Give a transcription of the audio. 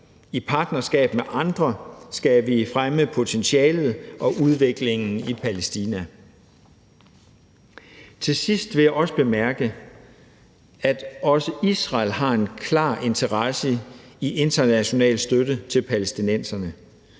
I partnerskab med andre skal vi fremme potentialet og udviklingen i Palæstina. Til sidst vil jeg bemærke, at også Israel har en klar interesse i international støtte til palæstinenserne.